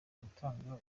gutanga